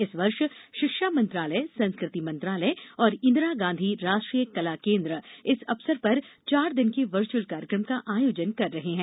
इस वर्ष शिक्षा मंत्रालय संस्कृति मंत्रालय और इंदिरा गांधी राष्ट्रीय कला केन्द्र इस अवसर पर चार दिन के वर्चुअल कार्यक्रम का आयोजन कर रहे हैं